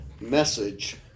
message